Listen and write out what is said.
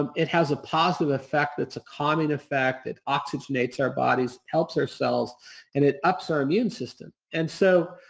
um it has a positive effect, that's a calming effect that oxygenates our bodies, helps ourselves and it ups our immune system. and so,